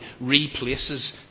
replaces